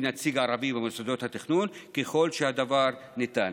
נציג ערבי במוסדות התכנון ככל שהדבר ניתן.